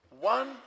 one